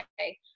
okay